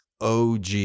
OG